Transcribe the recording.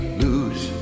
lose